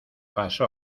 pasó